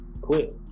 quit